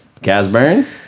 Casburn